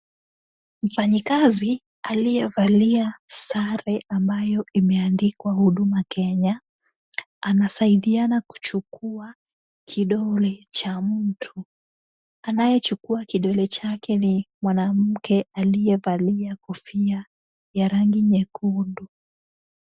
Mfanyikazi aliyevalia sare ambayo imeandikwa huduma Kenya, anasaidiana kuchukua kidole cha mtu. Anayechukua kidole chake ni mwanamke aliyevalia kofia ya rangi nyekundu.